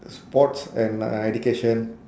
sports and uh education